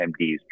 MDs